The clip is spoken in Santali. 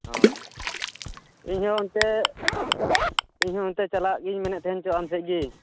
ᱚᱸᱻ ᱤᱧ ᱦᱚᱸ ᱚᱱᱛᱮ ᱤᱧ ᱦᱚᱸ ᱚᱱᱛᱮ ᱪᱟᱞᱟᱜ ᱜᱤᱧ ᱢᱮᱱᱮᱜ ᱛᱟᱦᱮᱱ ᱪᱚ ᱟᱢ ᱴᱷᱮᱱ ᱜᱮ